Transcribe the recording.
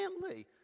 family